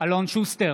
אלון שוסטר,